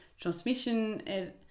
transmission